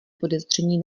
podezření